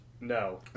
No